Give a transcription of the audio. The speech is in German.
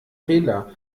fehler